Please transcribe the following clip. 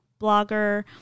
blogger